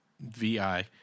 VI